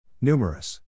Numerous